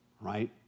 right